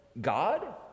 God